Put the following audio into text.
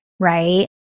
Right